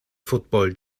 football